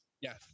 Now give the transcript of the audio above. Yes